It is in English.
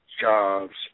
jobs